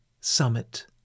summit